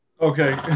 Okay